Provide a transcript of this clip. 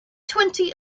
twenty